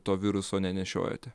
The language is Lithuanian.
to viruso nenešiojate